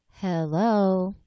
Hello